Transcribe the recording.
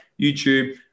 YouTube